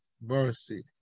mercy